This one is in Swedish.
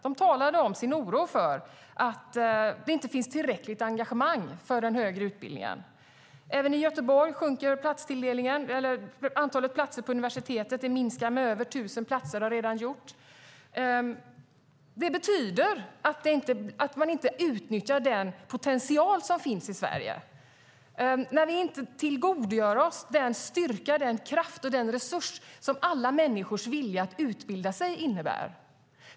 De talade om sin oro för att det inte finns tillräckligt engagemang för den högre utbildningen. Även i Göteborg sjunker antalet platser på universitetet. En minskning med över tusen platser har redan gjorts. Det betyder att man inte utnyttjar den potential som finns i Sverige. Vi tillgodogör oss inte den styrka, kraft och resurs som alla människors vilja att utbilda sig innebär.